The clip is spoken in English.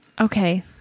Okay